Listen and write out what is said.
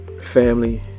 Family